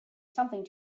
something